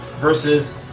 versus